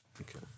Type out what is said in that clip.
Okay